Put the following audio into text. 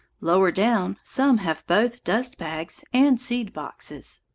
lower down some have both dust-bags and seed-boxes.